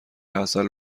عسل